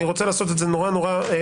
אני רוצה לעשות את זה נורא בזריזות.